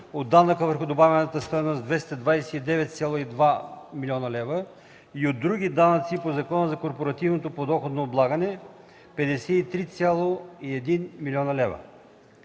от данъка върху добавената стойност –229,2 млн. лв., и от други данъци по Закона за корпоративното подоходно облагане – 53,1 млн. лв.